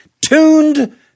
tuned